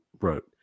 wrote